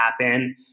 happen